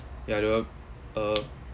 yeah the uh